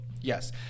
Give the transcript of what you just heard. yes